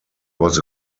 was